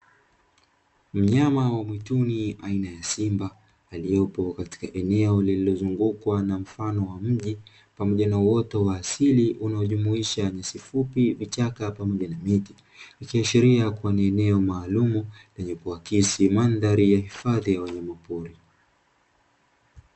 Mnyama wa mwituni aina ya simba aliopo katika eneo lililozungukwa na mfano wa mji, pamoja na uoto wa asili unaojumuisha nyasi fupi, vichaka pamoja na miti. Ikiashiria kuwa ni eneo maalumu lenye kuakisi mandhari ya hifadhi ya wanyamapori.